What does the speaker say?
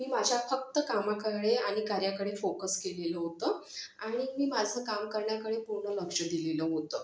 मी माझ्या फक्त कामाकडे आणि कार्याकडे फोकस केलेलं होतं आणिक मी माझं काम करण्याकडे पूर्ण लक्ष दिलेलं होतं